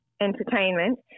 Entertainment